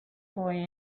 boy